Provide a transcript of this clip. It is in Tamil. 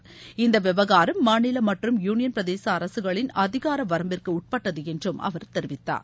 இந் விவகாரம் மாநில மற்றும் யூனியன் பிரதேச அரசுகளின் அதிகார வரம்பிற்கு உட்பட்டது என்றும் அவர் தெரிவித்தார்